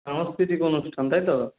সাংস্কৃতিক অনুষ্ঠান তাই তো